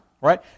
right